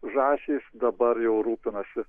žąsys dabar jau rūpinasi